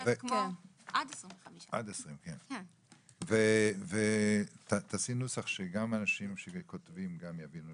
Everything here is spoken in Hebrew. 25% כמו עד 25%. תעשי נוסח שגם אנשים שכותבים יבינו,